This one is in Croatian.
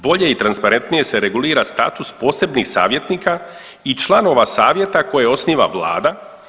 Bolje i transparentnije se regulira status posebnih savjetnika i članova savjeta koje osniva vlada.